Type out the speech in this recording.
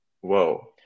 Whoa